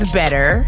better